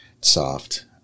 Soft